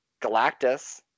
Galactus